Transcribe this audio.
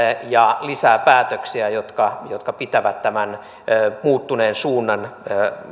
ja lisää päätöksiä jotka jotka pitävät tämän muuttuneen suunnan